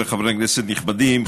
חברות וחברי כנסת נכבדים,